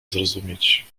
zrozumieć